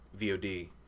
VOD